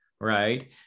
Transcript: right